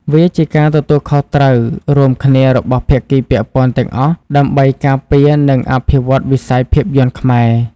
វាជាការទទួលខុសត្រូវរួមគ្នារបស់ភាគីពាក់ព័ន្ធទាំងអស់ដើម្បីការពារនិងអភិវឌ្ឍវិស័យភាពយន្តខ្មែរ។